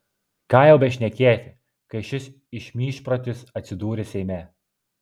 ką jau bešnekėti kai šis išmyžprotis atsidūrė seime